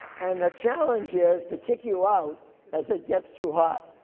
and their challenge is to kick you out as it gets too hot.